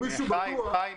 חיים,